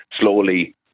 slowly